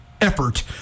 effort